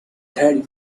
thread